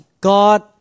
God